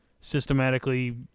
systematically